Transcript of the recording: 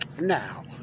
now